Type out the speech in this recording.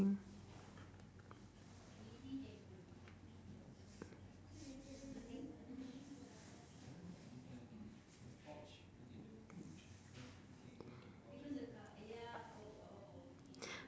~ing